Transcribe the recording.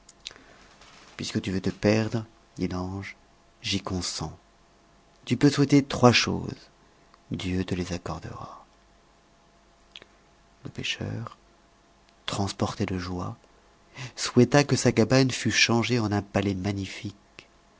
puisque tu veux te perdre dit l'ange j'y consens tu peux souhaiter trois choses dieu te les accordera le pêcheur transporté de joie souhaita que sa cabane fût changée en un palais magnifique